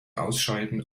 ausscheiden